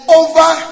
over